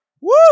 Woo